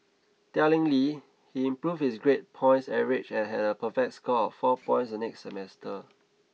tellingly he improved his grade point average and had a perfect score of four points the next semester